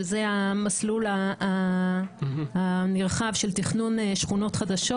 שזה המסלול הנרחב של תכנון שכונות חדשות.